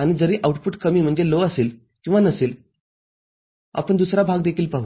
आणि जरी आउटपुटकमी असेल किंवा नसेल आपण दुसरा भाग देखील पाहू